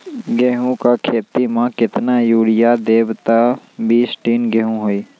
गेंहू क खेती म केतना यूरिया देब त बिस टन गेहूं होई?